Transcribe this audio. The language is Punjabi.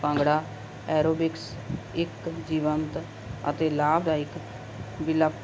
ਭੰਗੜਾ ਐਰੋਬਿਕਸ ਇੱਕ ਜੀਵੰਤ ਅਤੇ ਲਾਭਦਾਇਕ ਵਿਕਲਪ